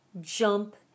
jump